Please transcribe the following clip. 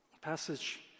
passage